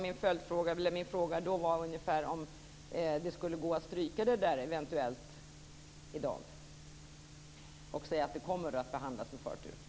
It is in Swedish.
Min följdfråga var då om det skulle gå att stryka ordet eventuellt i dag, och säga att det kommer att behandlas med förtur.